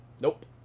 Nope